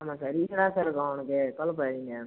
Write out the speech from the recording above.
ஆமாம் சார் ஈஸியாகதான் சார் இருக்கும் அவனுக்கு கவலைப்படாதிங்க